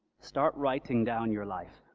start writing down your life.